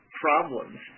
problems